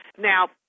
Now